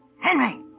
Henry